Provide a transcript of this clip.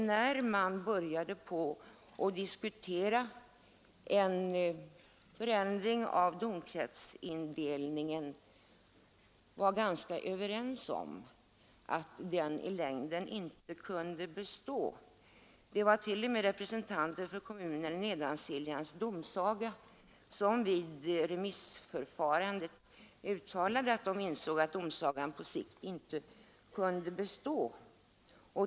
När man började diskutera en förändring av domkretsindelningen var man ganska överens om att Nedansiljans tingsrätt i längden inte kunde bestå. Vid remissförfarandet sade t.o.m. representanter för kommuner i Nedansiljans domsaga att de ansåg att domsagan på sikt inte kunde bestå.